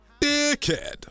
Dickhead